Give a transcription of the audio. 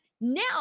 now